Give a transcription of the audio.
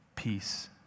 Peace